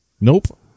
Nope